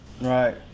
right